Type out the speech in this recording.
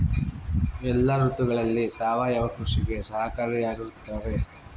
ಎಲ್ಲ ಋತುಗಳಲ್ಲಿ ಸಾವಯವ ಕೃಷಿ ಸಹಕಾರಿಯಾಗಿರುತ್ತದೆಯೇ?